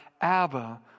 Abba